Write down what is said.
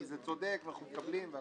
כי זה צודק ואנחנו מקבלים והכול,